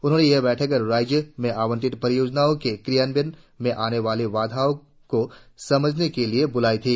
उन्होंने ये बैठक राज्य में आवंटित परियोजनाओं के क्रियान्वयन में आने वाली बाधाओं को समझने के लिए बुलाई थी